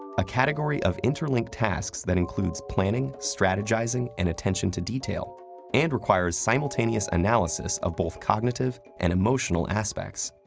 a category of interlinked tasks that includes planning, strategizing, and attention to detail and requires simultaneous analysis of both cognitive and emotional aspects.